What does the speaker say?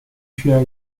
share